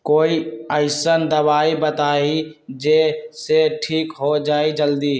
कोई अईसन दवाई बताई जे से ठीक हो जई जल्दी?